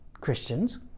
Christians